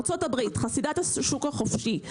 ארצות הברית, חסידת השוק החופשי.